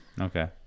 okay